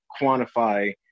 quantify